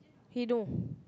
he know